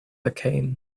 became